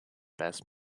best